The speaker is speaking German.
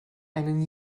einen